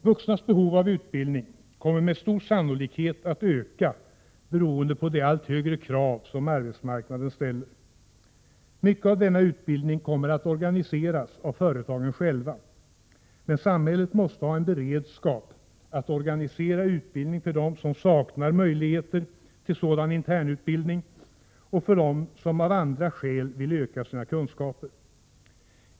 Vuxnas behov av utbildning kommer med stor sannolikhet att öka, beroende på de allt högre krav som arbetsmarknaden ställer. Mycket av denna utbildning kommer att organiseras av företagen själva, men samhället måste ha en beredskap att organisera utbildning för dem som saknar möjligheter till sådan internutbildning och för dem som av andra skäl vill öka sina kunskaper.